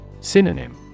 Synonym